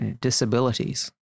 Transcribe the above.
Disabilities